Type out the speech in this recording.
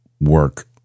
work